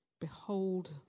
Behold